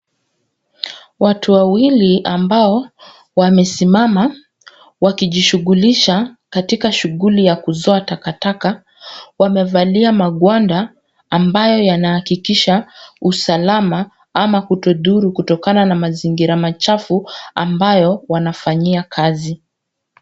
Watu wawili ambao wamesimama wakijishughulisha katika shughuli ya kuzoa takataka, wamevalia magwanda ambayo yanahakikisha usalama ama kutudhuru kutokana na mazingira chafu ambayo wanafanyia kazi.